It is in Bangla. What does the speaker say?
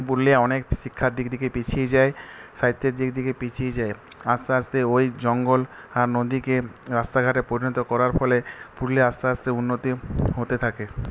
পুরুলিয়া অনেক শিক্ষার দিক থেকে পিছিয়ে যায় সাহিত্যের দিক থেকে পিছিয়ে যায় আস্তে আস্তে ওই জঙ্গল আর নদীকে রাস্তাঘাটে পরিণত করার ফলে পুরুলিয়ায় আস্তে আস্তে উন্নতি হতে থাকে